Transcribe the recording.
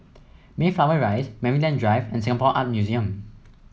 Mayflower Rise Maryland Drive and Singapore Art Museum